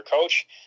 coach